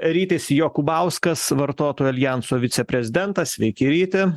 rytis jokubauskas vartotojo aljanso viceprezidentas sveiki ryti